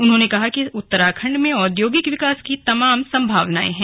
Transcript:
उन्होंने कहा कि उत्तराखण्ड में औद्योगिक विकास की तमाम संभावनाएं हैं